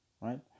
right